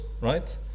right